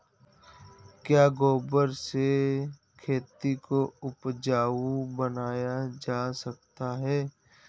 क्या गोबर से खेती को उपजाउ बनाया जा सकता है?